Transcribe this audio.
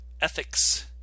Ethics